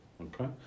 okay